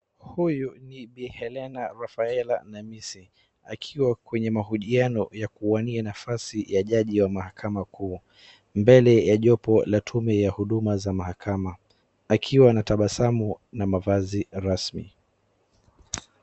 Huyu ni Bi. Helena Rafaela Namisi akiwa kwenye mahojiano ya kuwania nafasi ya jaji wa mahakama kuu